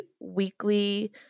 weekly